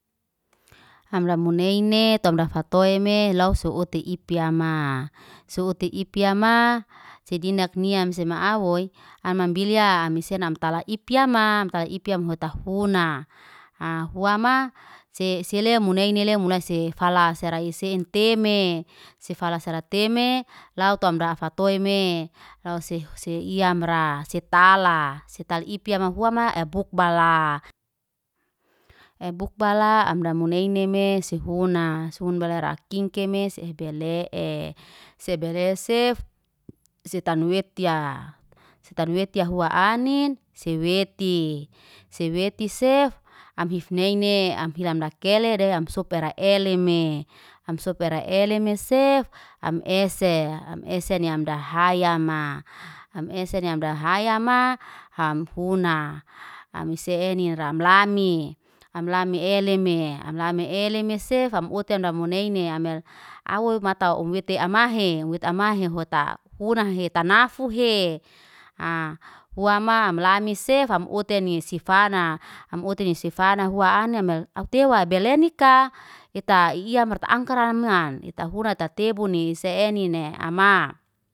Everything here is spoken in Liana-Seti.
Hamra muneine tumra fatoi me lau so uti ipiama. So utia ipia ma, sejinak miam semau woy. Amam biliya amis senam tala ipia mam, tala ipia muh tafuna. Aa fua ma se seliamoneinia le munaine mula se fala saraise teme. Sefasala teme, lau tom amda afatoime. Lau se se iyamra, setala. Setala ipiam mahua ma ebukbala. Ebukbala amra muneine me sifuna. Sun balara kingkeme sehebele e. Sebelesef setan wetia, setan wetia hua anin seweti. Seweti sef amhif neine, amhilan dakele de amsokpere elime. Amsokpere elime sef, am ese. Am ese ne am dahaya ma. Am ese ne am dahayama ham funa. Amisi enia ra am lami, am lami eleme am lami eleme sef am otan namunaini am mel, awoy mata omweti amahe. Am wata amahe hota. Huna hetan nafu hiee. Aa huama am lamis sefa, am oteni sifana. Am oteni sifana hua anem mel, au tewa belenika eta iyamarta angkara meaan ita hura ta tebu nisenin ne amaa.